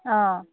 অঁ